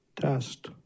Test